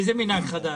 איזה מנהג חדש?